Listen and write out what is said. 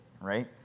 right